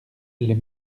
les